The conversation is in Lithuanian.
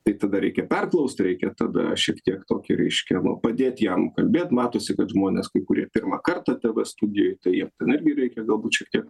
tai tada reikia perklaust reikia tada šiek tiek tokį reiškia nu padėt jam kalbėt matosi kad žmonės kai kurie pirmą kartą tv studijoj tai jiem ten irgi reikia galbūt šiek tiek